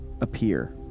appear